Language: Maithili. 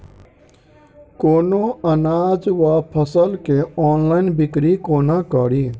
कोनों अनाज वा फसल केँ ऑनलाइन बिक्री कोना कड़ी?